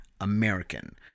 American